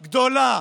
גדולה,